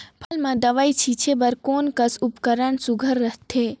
फसल म दव ई छीचे बर कोन कस उपकरण सुघ्घर रथे?